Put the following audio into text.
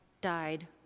died